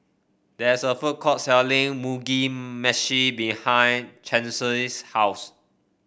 there is a food court selling Mugi Meshi behind Chauncey's house